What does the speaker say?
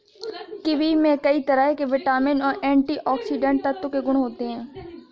kiwi में कई तरह के विटामिन और एंटीऑक्सीडेंट तत्व के गुण होते है